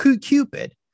Cupid